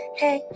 hey